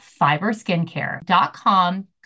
FiberSkincare.com